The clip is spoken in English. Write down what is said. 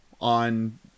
on